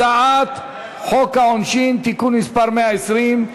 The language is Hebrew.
הצעת חוק העונשין (תיקון מס' 120)